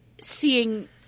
seeing